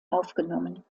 aufgenommen